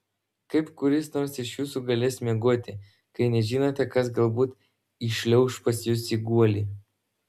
kaip kuris nors iš jūsų galės miegoti kai nežinote kas galbūt įšliauš pas jus į guolį